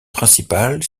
principale